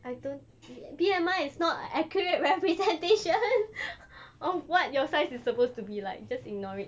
I don't B B_M_I is not a accurate representation of what your size is supposed to be like just ignore it